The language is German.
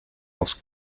aufs